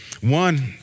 One